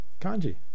kanji